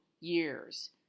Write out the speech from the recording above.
years